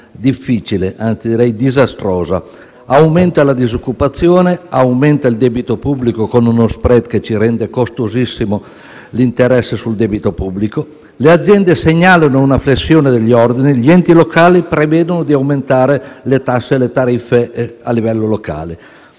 difficile, anzi, disastrosa: aumentano la disoccupazione e il debito pubblico con uno *spread* che ci rende costosissimo l'interesse sul debito pubblico; le aziende segnalano una flessione degli ordini; gli enti locali prevedono di aumentare le tasse e le tariffe a livello locale.